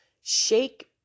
shake